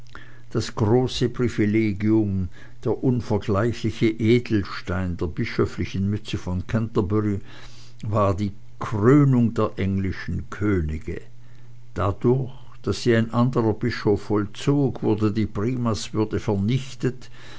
das große privilegium der unvergleichliche edelstein der bischöflichen mütze von canterbury war die krönung der englischen könige dadurch daß sie ein anderer bischof vollzog wurde die primaswürde vernichtet